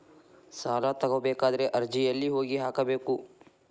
ಸಾಲ ತಗೋಬೇಕಾದ್ರೆ ಅರ್ಜಿ ಎಲ್ಲಿ ಹೋಗಿ ಹಾಕಬೇಕು?